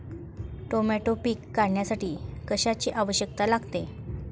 Tomato पीक काढण्यासाठी कशाची आवश्यकता लागते?